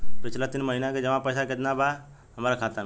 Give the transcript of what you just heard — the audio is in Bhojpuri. पिछला तीन महीना के जमा पैसा केतना बा हमरा खाता मे?